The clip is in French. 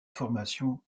formation